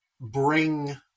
bring